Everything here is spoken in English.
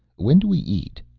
when do we eat?